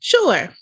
Sure